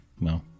No